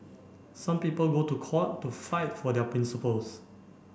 some people go to court to fight for their principles